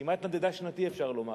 כמעט נדדה שנתי, אפשר לומר.